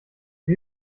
sie